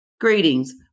Greetings